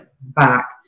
back